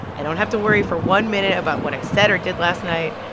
i don't have to worry for one minute about what i said or did last night.